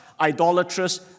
idolatrous